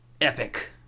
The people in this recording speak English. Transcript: epic